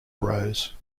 arose